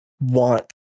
want